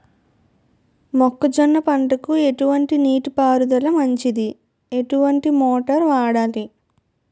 మొక్కజొన్న పంటకు ఎటువంటి నీటి పారుదల మంచిది? ఎటువంటి మోటార్ వాడాలి?